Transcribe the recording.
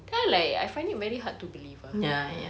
kan like I find it very hard to believe ah